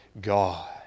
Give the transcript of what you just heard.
God